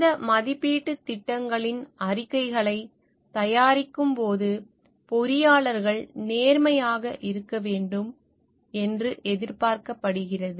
இந்த மதிப்பீட்டுத் திட்டங்களின் அறிக்கைகளைத் தயாரிக்கும் போது பொறியாளர்கள் நேர்மையாக இருக்க வேண்டும் என்று எதிர்பார்க்கப்படுகிறது